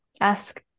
ask